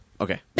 Okay